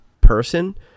person